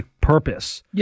purpose